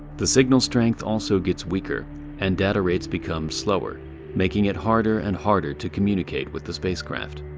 the signal strength also gets weaker and data rates become slower making it harder and harder to communicate with the spacecraft.